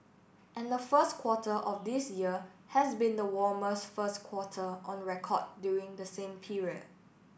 and the first quarter of this year has been the warmest first quarter on record during the same period